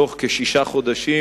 בתוך כשישה חודשים,